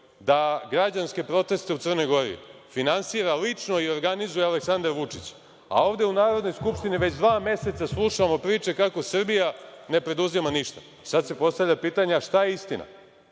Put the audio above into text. da građanske proteste u Crnoj Gori finansira i organizuje lično Aleksandar Vučić. A ovde u Narodnoj skupštini već dva meseca slušamo priče kako Srbija ne preduzima ništa! Sad se postavlja pitanje - a šta je istina?